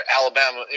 alabama